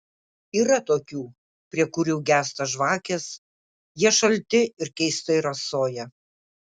yra tokių prie kurių gęsta žvakės jie šalti ir keistai rasoja